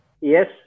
Yes